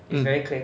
mm